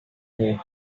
you